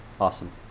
awesome